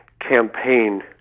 campaign